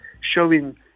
showing